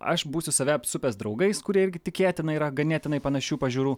aš būsiu save apsupęs draugais kurie irgi tikėtina yra ganėtinai panašių pažiūrų